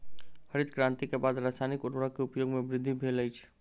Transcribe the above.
हरित क्रांति के बाद रासायनिक उर्वरक के उपयोग में वृद्धि भेल अछि